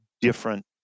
different